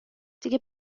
دیگه